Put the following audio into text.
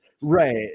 right